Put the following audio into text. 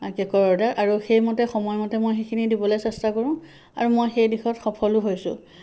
কে'কৰ অৰ্ডাৰ আৰু সেই মতে সময়মতে মই সেইখিনি দিবলৈ চেষ্টা কৰোঁ আৰু মই সেই দিশত সফলো হৈছোঁ